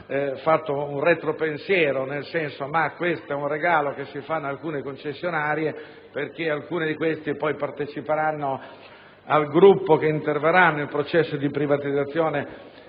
fatto un retropensiero, dicendo che questo è un regalo che si fa ad alcune concessionarie perché parteciperanno al gruppo che interverrà nel processo di privatizzazione